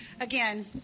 again